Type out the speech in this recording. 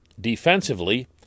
defensively